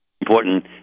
important